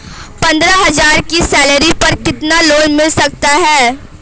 पंद्रह हज़ार की सैलरी पर कितना लोन मिल सकता है?